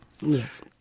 Yes